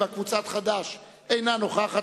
לסעיף 7, לסעיף 5 אין הסתייגות.